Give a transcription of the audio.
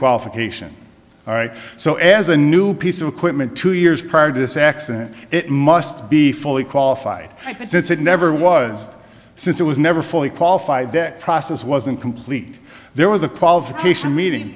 disqualification all right so as a new piece of equipment two years prior to this accident it must be fully qualified since it never was since it was never fully qualified that process wasn't complete there was a qualification meeting